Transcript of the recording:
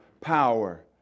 power